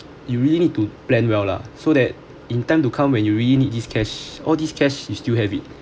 you really need to plan well lah so that in time to come when you really need this cash all these cash you still have it